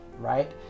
right